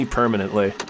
permanently